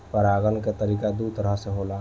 परागण के तरिका दू तरह से होला